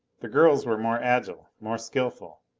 the girls were more agile, more skillful.